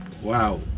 Wow